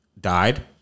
died